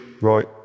right